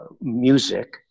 music